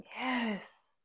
yes